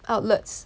outlets